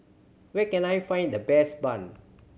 where can I find the best bun